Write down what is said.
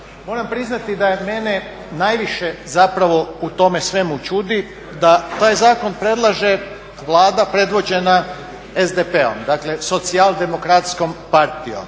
Moram priznati da mene najviše zapravo u tome svemu čudi da taj zakon predlaže Vlada predvođena SDP-om, dakle socijaldemokratskom partijom.